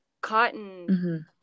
cotton